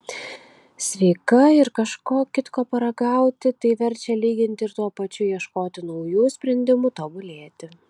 sveika ir kažko kitko paragauti tai verčia lyginti ir tuo pačiu ieškoti naujų sprendimų tobulėti